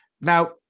Now